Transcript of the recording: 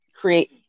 create